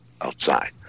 outside